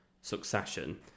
Succession